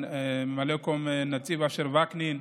ממלא מקום הנציב אשר וקנין.